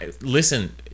Listen